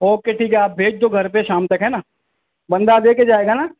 okay ٹھیک ہے آپ بھیج دو گھر پہ شام تک ہے نا بندہ دے کے جائے گا نا